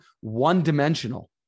one-dimensional